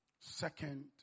Second